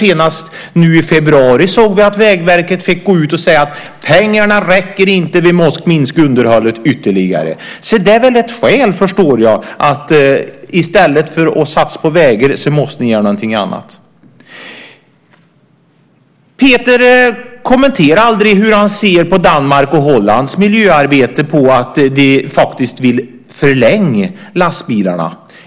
Senast nu i februari såg vi att Vägverket fick gå ut och säga: Pengarna räcker inte. Vi måste minska underhållet ytterligare. Så det är väl ett skäl, förstår jag. I stället för att satsa på vägar måste ni göra någonting annat. Peter kommenterade aldrig hur han ser på Danmarks och Hollands miljöarbete, att de faktiskt vill förlänga lastbilarna.